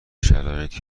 شرایطی